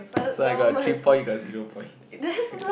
so I got three point you got zero point